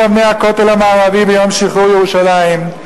אבני הכותל המערבי ביום שחרור ירושלים.